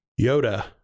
Yoda